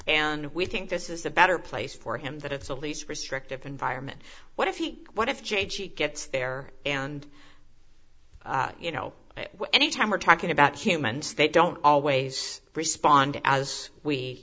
and we think this is the better place for him that it's the least restrictive environment what if he what if j g gets there and you know anytime we're talking about humans they don't always respond as we